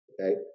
okay